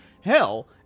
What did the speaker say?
hell